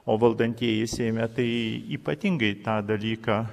o valdantieji seime tai ypatingai tą dalyką